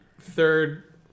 third